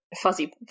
Fuzzy